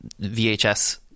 VHS